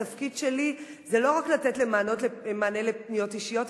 התפקיד שלי זה לא רק לתת מענה על פניות אישיות,